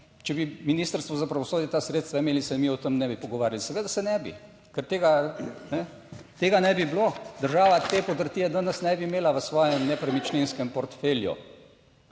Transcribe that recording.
če bi Ministrstvo za pravosodje ta sredstva imeli, se mi o tem ne bi pogovarjali. Seveda se ne bi, ker tega ne bi bilo, država te podrtije danes ne bi imela v svojem nepremičninskem portfelju.